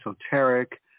esoteric